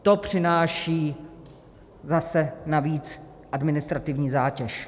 To přináší zase navíc administrativní zátěž.